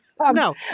no